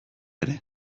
ere